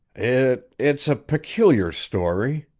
it it's a peculiar story,